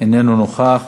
איננו נוכח,